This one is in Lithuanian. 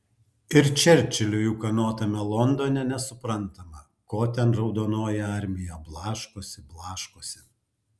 ir čerčiliui ūkanotame londone nesuprantama ko ten raudonoji armija blaškosi blaškosi